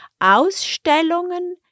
Ausstellungen